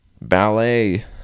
ballet